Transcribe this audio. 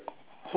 ya